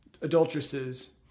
adulteresses